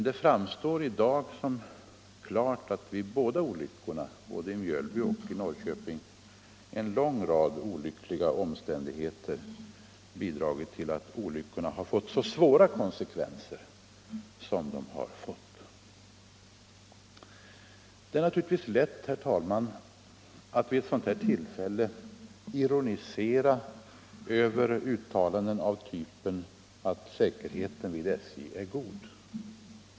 Det framstår dock i dag som klart att vid båda olyckorna — både i Mjölby och i Norrköping — en lång rad olyckliga omständigheter bidragit till att olyckorna fått så svåra konsekvenser som de har fått. Det är naturligtvis lätt, herr talman, att vid ett sådant här tillfälle ironisera över uttalanden av typen att säkerheten vid SJ är god.